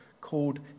called